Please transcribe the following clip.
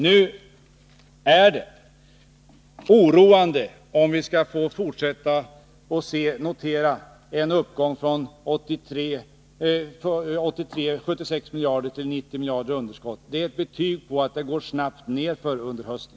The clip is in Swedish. Det är oroande om vi nu skall behöva notera en uppgång från 76 miljarder till 90 miljarder i underskott. Det är ett bevis för att det går snabbt nedför under hösten.